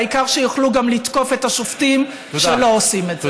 העיקר שיוכלו גם לתקוף את השופטים שלא עושים את זה.